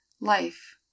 life